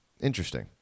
Interesting